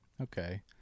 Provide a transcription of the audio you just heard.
Okay